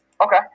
Okay